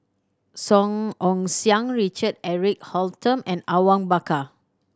Song Ong Siang Richard Eric Holttum and Awang Bakar